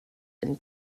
and